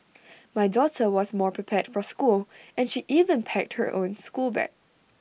my daughter was more prepared for school and she even packed her own schoolbag